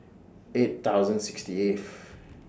eight thousand sixty eighth